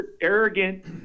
arrogant